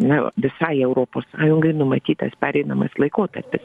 na visai europos sąjungai numatytas pereinamasis laikotarpis